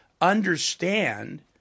understand